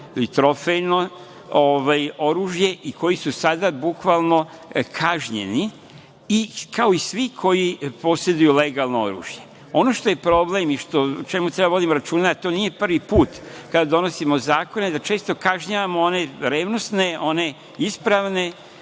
trofejno oružje, i koji su sada bukvalno kažnjeni i kao i svi koji poseduju legalno oružje. Ono što je problem i o čemu treba vodimo računa, a to nije prvi put, kada donosimo zakone, da često kažnjavamo one revnosne, one ispravne